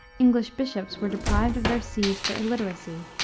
english bishops were deprived of their sees for illiteracy,